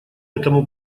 этому